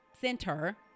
center